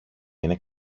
είναι